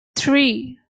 three